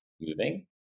moving